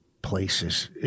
places